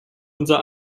unser